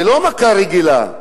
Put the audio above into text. ולא מכה רגילה,